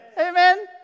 Amen